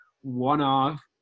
one-off